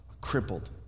crippled